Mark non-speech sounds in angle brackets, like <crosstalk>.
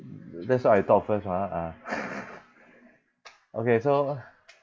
that's why I talk first mah ah <laughs> okay so